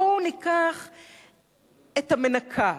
בואו ניקח את המנקה,